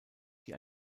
die